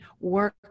work